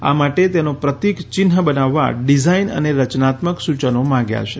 આ માટે તેનો પ્રતિક ચિન્હ બનાવવા ડિઝાઈન અને રચનાત્મક સૂચનો માંગ્યા છે